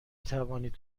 توانید